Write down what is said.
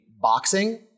boxing